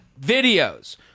videos